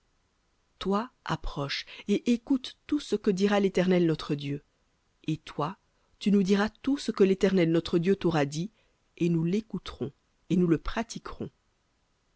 toi approche et écoute tout ce que dira l'éternel notre dieu et toi tu nous diras tout ce que l'éternel notre dieu t'aura dit et nous l'écouterons et nous le pratiquerons